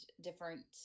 different